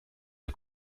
der